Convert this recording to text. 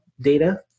data